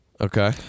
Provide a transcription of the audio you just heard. Okay